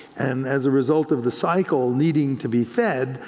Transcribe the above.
and as a result of the cycle needing to be fed,